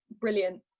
brilliant